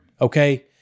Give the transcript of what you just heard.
Okay